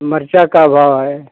मिर्ची का भाव है